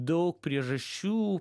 daug priežasčių